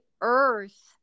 Earth